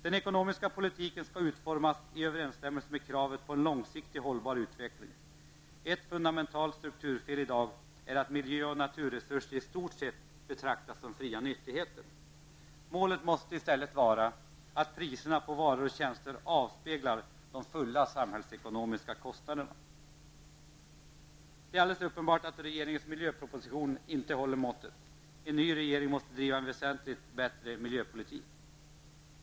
Den ekonomiska politiken skall utformas i överenskommelse med kravet på en långsiktigt hållbar utveckling. Ett fundamentalt strukturfel i dag är att miljö och naturresurser i stort sett betraktas som fria nyttigheter. Målet måste i stället vara att priserna på varor och tjänster avspeglar de fulla samhällsekonomiska kostnaderna. Det är alldeles uppenbart att regeringens miljöproposition inte håller måttet. En ny regering måste driva en väsentligt bättre miljöpolitik.